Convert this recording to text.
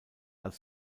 als